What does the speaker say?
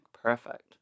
perfect